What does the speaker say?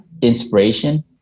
inspiration